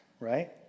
right